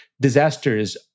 disasters